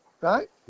right